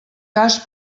cas